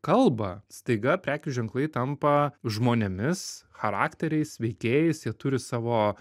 kalba staiga prekių ženklai tampa žmonėmis charakteriais veikėjais jie turi savo